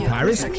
Paris